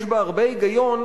יש בה הרבה היגיון,